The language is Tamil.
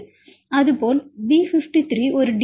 அதேபோல் அது பி 53 ஒரு டி